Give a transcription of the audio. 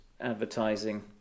advertising